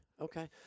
okay